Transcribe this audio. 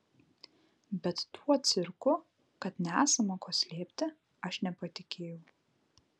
bet tuo cirku kad nesama ko slėpti aš nepatikėjau